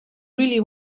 really